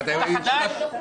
אתה חדש?